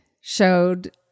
showed